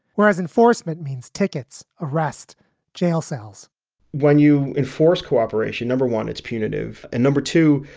whereas enforcement means tickets arrest jail cells when you enforce cooperation, number one, it's punitive and number two,